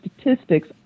statistics